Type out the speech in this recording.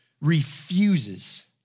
refuses